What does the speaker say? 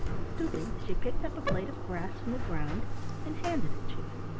stooping, she picked up a blade of grass from the ground and handed it to him.